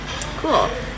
Cool